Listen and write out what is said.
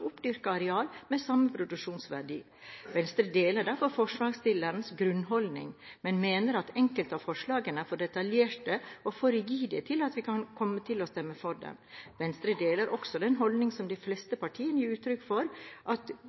oppdyrket areal med samme produksjonsverdi. Venstre deler derfor forslagsstillernes grunnholdning, men mener at enkelte av forslagene er for detaljerte og for rigide til at vi kan komme til å stemme for dem. Venstre deler også den holdning som de fleste partier gir uttrykk for, at